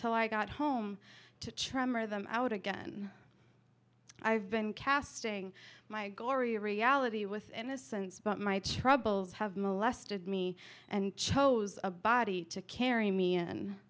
till i got home to tremor them out again i've been casting my glory reality with innocence but my troubles have molested me and chose a body to carry me and